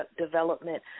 development